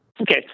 Okay